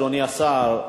אדוני השר,